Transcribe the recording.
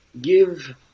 give